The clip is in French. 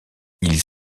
ils